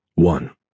One